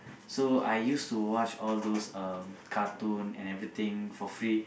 so I used to watch all those uh cartoon and everything for free